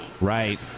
Right